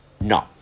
no